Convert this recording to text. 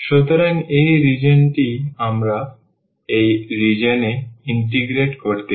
সুতরাং এই রিজিওনটিই আমরা এই রিজিওন এ ইন্টিগ্রেট করতে চাই